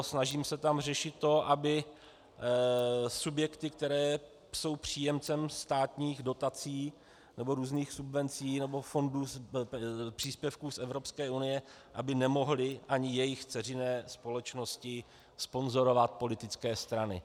Snažím se tam řešit to, aby subjekty, které jsou příjemcem státních dotací nebo různých subvencí nebo příspěvků z Evropské unie, nemohly, ani jejich dceřiné společnosti, sponzorovat politické strany.